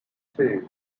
too